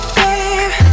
babe